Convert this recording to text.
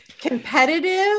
competitive